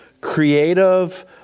creative